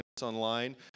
online